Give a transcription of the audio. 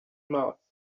mouth